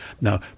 Now